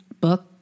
book